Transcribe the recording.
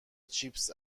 چیپس